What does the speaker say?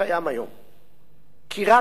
כי רק בית-המשפט העליון